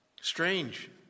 Strange